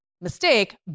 mistake